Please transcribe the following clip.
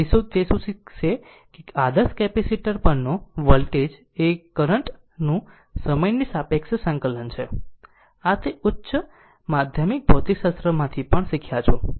તેથી તે શું શીખશે કે આદર્શ કેપેસિટર પરનો વોલ્ટેજ એ કરંટ નું સમયની સાપેક્ષે સંકલન છે આ તે ઉચ્ચ માધ્યમિક ભૌતિકશાસ્ત્રમાંથી પણ શીખ્યા છો